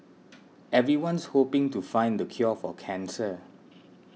everyone's hoping to find the cure for cancer